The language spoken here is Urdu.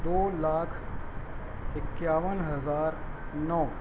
دو لاکھ اکیاون ہزار نو